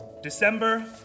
December